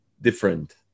different